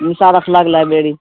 Nisar Akhlaq library